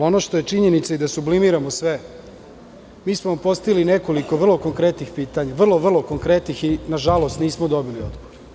Ono što je činjenica i da sublimiramo sve, mi smo vam postavili nekoliko vrlo konkretnih pitanja, vrlo konkretnih i na žalost nismo dobili odgovor.